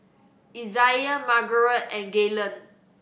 Izaiah Margarete and Gaylen